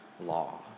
law